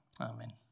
amen